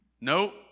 Nope